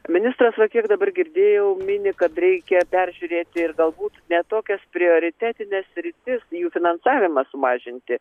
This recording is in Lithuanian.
ministras va kiek dabar girdėjau mini kad reikia peržiūrėti ir galbūt ne tokias prioritetines sritis jų finansavimą sumažinti